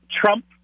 Trump